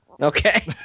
Okay